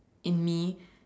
in me